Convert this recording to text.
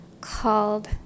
called